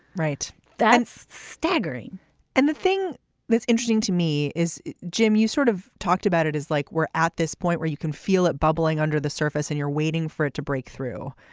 right. that's staggering and the thing that's interesting to me is jim you sort of talked about it is like we're at this point where you can feel it bubbling under the surface and you're waiting for it to break through.